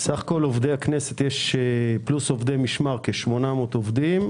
עובדי הכנסת פלוס עובדי משמר יש כ-800 עובדים,